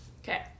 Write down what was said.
Okay